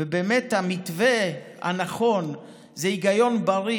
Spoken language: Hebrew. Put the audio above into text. ובאמת, המתווה הנכון זה היגיון בריא.